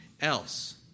else